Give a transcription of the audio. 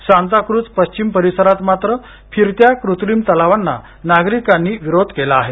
सांताक्रुझ पश्चिम परिसरात मात्र फिरत्या कृत्रिम तलावांना नागरिकांनी विरोध केला आहे